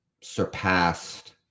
surpassed